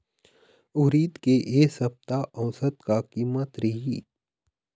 उरीद के ए सप्ता औसत का कीमत रिही?